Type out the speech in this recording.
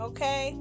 Okay